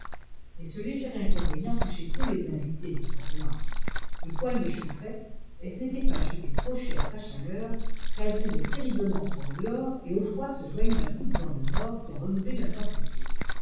mais ce léger inconvénient touchait peu les invités du fort reliance le poêle les chauffait et ce n'était pas acheter trop cher sa chaleur car il faisait terriblement froid au dehors et au froid se joignait un coup de vent de nord qui en redoublait l'intensité